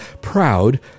proud